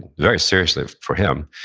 and very seriously for him,